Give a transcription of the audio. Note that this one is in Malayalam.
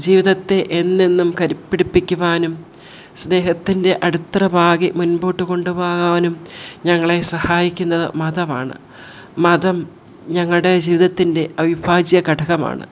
ജീവിതത്തെ എന്നെന്നും കരു പിടിപ്പിക്കുവാനും സ്നേഹത്തിൻ്റെ അടിത്തറ പാകി മുൻപോട്ട് കൊണ്ടു പോകാനും ഞങ്ങളെ സഹായിക്കുന്നത് മതമാണ് മതം ഞങ്ങളുടെ ജീവിതത്തിൻ്റെ അവിഭാജ്യ ഘടകമാണ്